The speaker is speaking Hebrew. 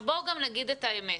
בואו גם נגיד את האמת,